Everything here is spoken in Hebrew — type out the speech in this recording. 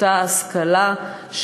אותה השכלה,